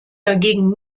dagegen